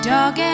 Dog